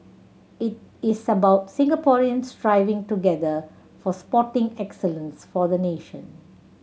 it is about Singaporeans striving together for sporting excellence for the nation